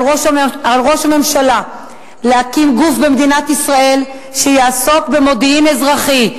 על ראש הממשלה להקים גוף במדינת ישראל שיעסוק במודיעין אזרחי,